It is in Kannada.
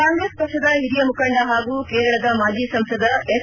ಕಾಂಗ್ರೆಸ್ ಪಕ್ಷದ ಹಿರಿಯ ಮುಖಂಡ ಹಾಗೂ ಕೇರಳದ ಮಾಜಿ ಸಂಸದ ಎಸ್